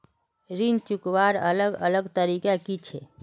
ऋण चुकवार अलग अलग तरीका कि छे?